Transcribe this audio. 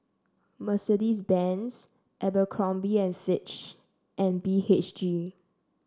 Mercedes Benz Abercrombie and Fitch and B H G